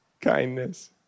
kindness